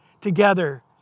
together